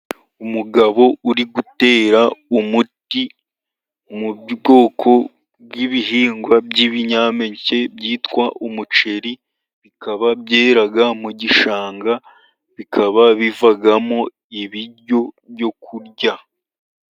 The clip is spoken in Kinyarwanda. Umugabo uri gutera umuti mu bwoko bw'ibihingwa by'ibinyampeke byitwa umuceri, bikaba byera mu gishanga, bikaba bivamo ibiryo byo kurya.